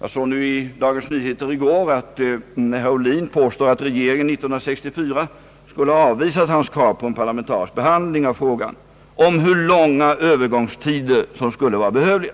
Jag såg i Dagens Nyheter i går att herr Ohlin påstår att regeringen år 1964 skulle ha avvisat hans krav på en parlamentarisk behandling av frågan om hur långa övergångstider som skulle vara behövliga.